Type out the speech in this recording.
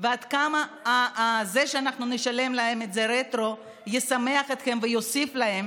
ועד כמה זה שאנחנו נשלם להם את זה רטרואקטיבית ישמח אותם ויוסיף להם